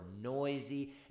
noisy